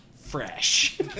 fresh